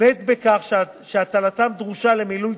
מותנית בכך שהטלתם דרושה למילוי